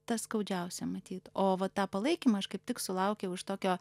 tas skaudžiausia matyt o va tą palaikymą aš kaip tik sulaukiau iš tokio